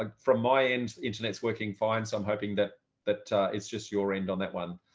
ah from my end, internet's working fine. so i'm hoping that that is just your end on that one.